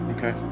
Okay